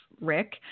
Rick